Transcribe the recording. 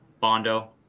Bondo